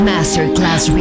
Masterclass